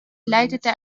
leitete